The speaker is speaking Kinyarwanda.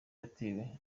yatewe